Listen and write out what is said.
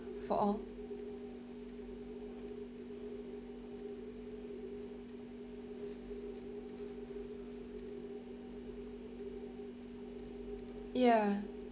for all ya